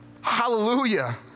hallelujah